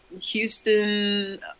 Houston